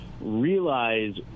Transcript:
realize